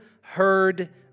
heard